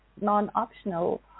non-optional